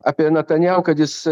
apie natanjahu kad jis